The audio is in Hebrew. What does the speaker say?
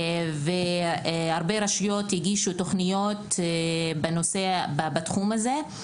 והרבה רשויות הגישו תכניות בתחום הזה.